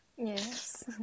Yes